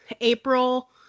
April